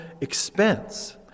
expense